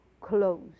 close